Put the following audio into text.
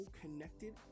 connected